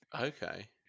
Okay